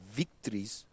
victories